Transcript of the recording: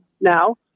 now